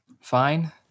fine